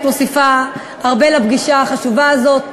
היית מוסיפה הרבה לפגישה החשובה הזאת.